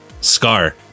Scar